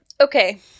Okay